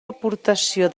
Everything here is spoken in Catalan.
aportació